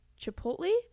chipotle